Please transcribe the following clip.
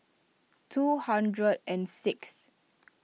two hundred and sixth